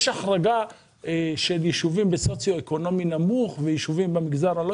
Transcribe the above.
יש החרגה של ישובים בסוציו אקונומי נמוך ויישובים במגזר הלא